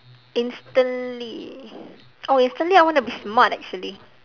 instantly oh instantly I want to be smart actually